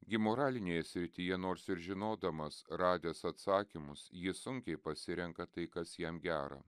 gi moralinėje srityje nors ir žinodamas radęs atsakymus jis sunkiai pasirenka tai kas jam gera